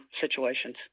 situations